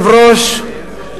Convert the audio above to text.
אדוני היושב-ראש,